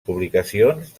publicacions